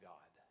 God